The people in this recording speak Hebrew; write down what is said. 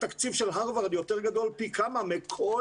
התקציב של הרווארד יותר גדול פי כמה מכל